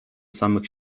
samych